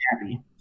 happy